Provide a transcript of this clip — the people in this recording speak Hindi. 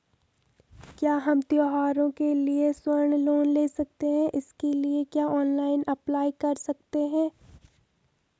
क्या हम त्यौहारों के लिए स्वर्ण लोन ले सकते हैं इसके लिए क्या ऑनलाइन अप्लाई कर सकते हैं?